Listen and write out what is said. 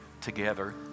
together